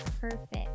perfect